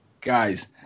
Guys